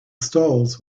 stalls